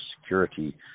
security